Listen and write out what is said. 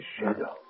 shadow